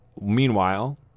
Meanwhile